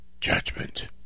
judgment